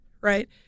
right